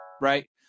Right